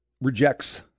rejects